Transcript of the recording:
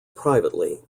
privately